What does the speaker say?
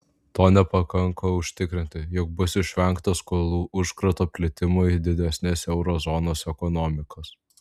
to nepakanka užtikrinti jog bus išvengta skolų užkrato plitimo į didesnes euro zonos ekonomikas